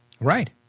Right